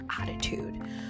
attitude